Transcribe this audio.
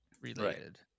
related